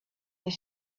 his